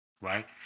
right